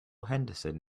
henderson